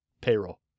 payroll